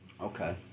Okay